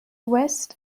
west